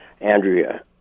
Andrea